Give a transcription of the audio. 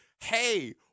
hey